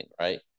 right